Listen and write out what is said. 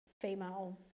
female